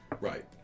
right